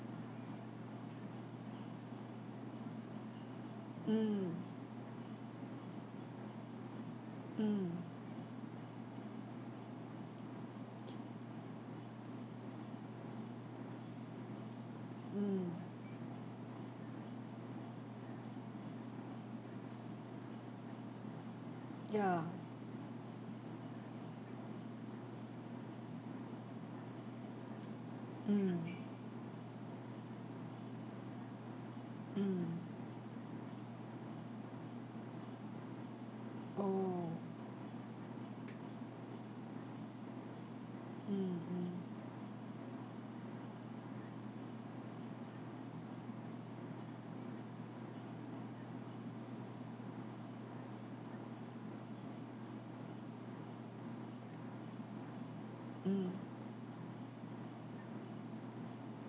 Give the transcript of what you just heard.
mm mm mm ya mm mm oh mm mm mm